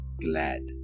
glad